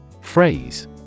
Phrase